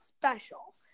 special